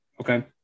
okay